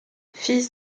fils